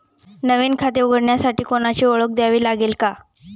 नवीन खाते उघडण्यासाठी कोणाची ओळख द्यावी लागेल का?